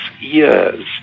years